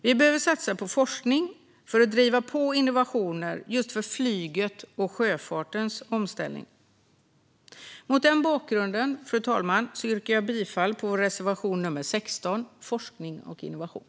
Vi behöver också satsa på forskning för att driva på innovationer just när det gäller flygets och sjöfartens omställning. Fru talman! Mot den bakgrunden yrkar jag bifall till vår reservation nummer 16 Forskning och innovation.